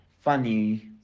funny